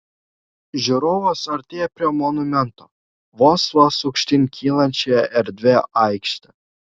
žiūrovas artėja prie monumento vos vos aukštyn kylančia erdvia aikšte